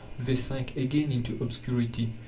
they sank again into obscurity.